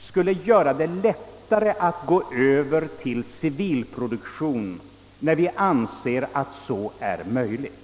skulle göra det lättare att övergå till civilproduktion när detta anses möjligt.